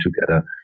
together